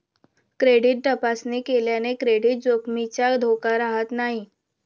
credit तपासणी केल्याने credit जोखमीचा धोका राहत नाही